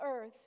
earth